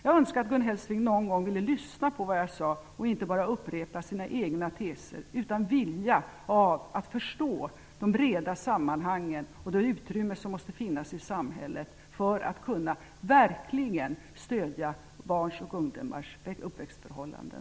Jag önskar att Gun Hellsvik någon gång ville lyssna på vad jag säger och inte bara upprepa sina egna teser utan vilja att förstå de breda sammanhangen och det utrymme som måste finnas i samhället för att man verkligen skall kunna stödja barn och ungdomar när det gäller deras uppväxtförhållanden.